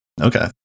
Okay